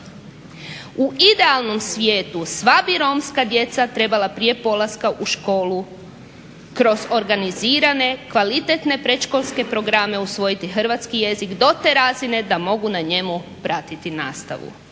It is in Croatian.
U idealnom svijetu sva bi romska djeca trebala prije polaska u školu kroz organizirane kvalitetne predškolske programe usvojiti hrvatski jezik do te razine da mogu na njemu pratiti nastavu.